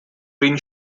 been